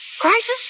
Crisis